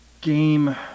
game